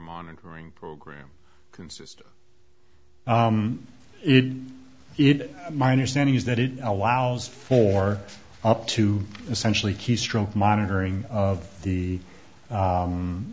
monitoring program consist of it my understanding is that it allows for up to essentially keystroke monitoring of the